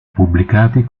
pubblicati